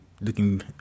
looking